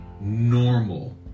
normal